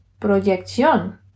Proyección